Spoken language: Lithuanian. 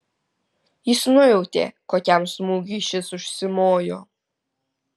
jis nujautė kokiam smūgiui šis užsimojo